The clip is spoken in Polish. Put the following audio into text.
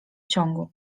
ciągu